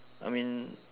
I mean